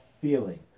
feeling